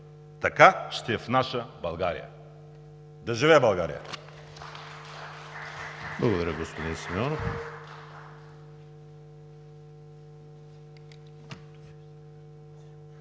Така ще е в наша България.“ Да живее България!